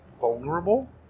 vulnerable